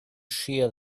shear